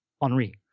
Henri